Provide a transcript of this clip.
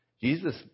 Jesus